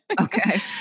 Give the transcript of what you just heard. okay